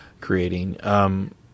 creating